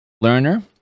learner